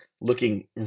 looking